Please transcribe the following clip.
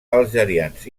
algerians